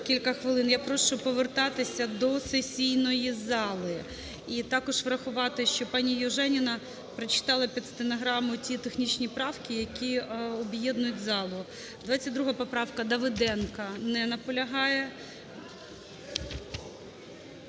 я прошу повертатися до сесійної зали. І також врахувати, що пані Южаніна прочитала під стенограму ті технічні правки, які об'єднують залу. 22 поправка Давиденка. Не наполягає.